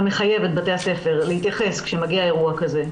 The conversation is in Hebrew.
מחייב את בתי הספר להתייחס כשמגיע אירוע כזה.